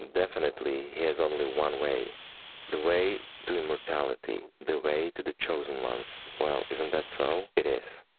definitely he has only one way the way to immortality, the way to the chosen ones. well, isn't that so? it is.